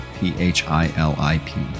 P-H-I-L-I-P